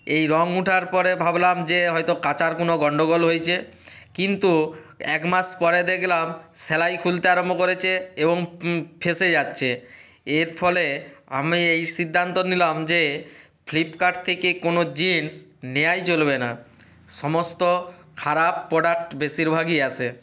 এই রং উঠার পরে ভাবলাম যে হয়তো কাচার কোনো গণ্ডগোল হয়েছে কিন্তু এক মাস পরে দেখলাম সেলাই খুলতে আরম্ভ করেছে এবং ফেঁসে যাচ্ছে এর ফলে আমি এই সিদ্ধান্ত নিলাম যে ফ্লিপকাট থেকে কোনো জিন্স নেওয়াই চলবে না সমস্ত খারাপ প্রডাক্ট বেশিরভাগই আসে